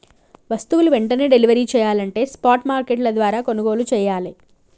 వస్తువులు వెంటనే డెలివరీ చెయ్యాలంటే స్పాట్ మార్కెట్ల ద్వారా కొనుగోలు చెయ్యాలే